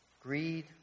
greed